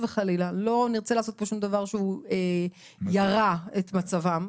וחלילה לא נרצה לעשות פה שום דבר שהוא יירע את מצבם,